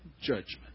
judgment